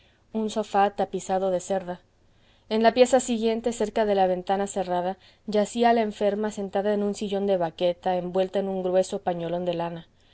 un sofá tapizado de cerda en la pieza siguiente cerca de la ventana cerrada yacía la enferma sentada en un sillón de vaqueta envuelta en grueso pañolón de lana